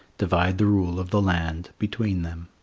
divide the rule of the land between them.